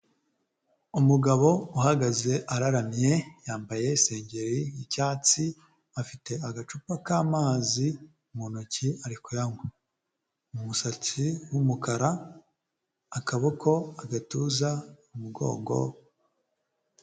Umugabo uhagaze araramye yambaye isengeri y'icyatsi, afite agacupa k'amazi mu ntoki ari ku yanywa, umusatsi w'umukara, akaboko, agatuza, umugongo.